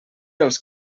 els